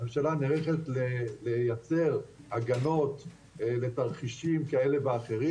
הממשלה נערכת לייצר הגנות לתרחישים כאלה ואחרים.